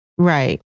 Right